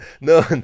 No